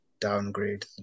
downgrade